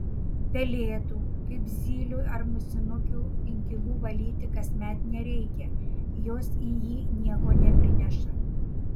pelėdų kaip zylių ar musinukių inkilų valyti kasmet nereikia jos į jį nieko neprineša